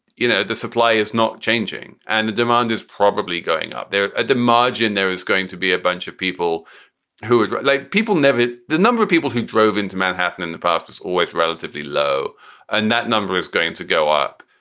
you know, the supply is not changing and the demand is probably going up at the margin. there is going to be a bunch of people who like people. nevitt the number of people who drove into manhattan in the past is always relatively low and that number is going to go up.